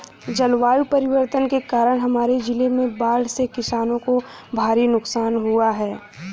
जलवायु परिवर्तन के कारण हमारे जिले में बाढ़ से किसानों को भारी नुकसान हुआ है